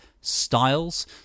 styles